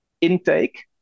intake